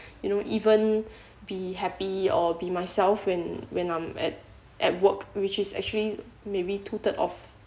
you know even be happy or be myself when when I'm at at work which is actually maybe two third of